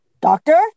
Doctor